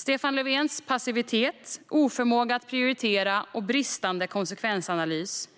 Stefan Löfvens passivitet, oförmåga att prioritera och bristande konsekvensanalys